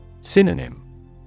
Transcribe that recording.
Synonym